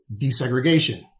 desegregation